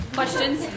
questions